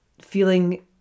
feeling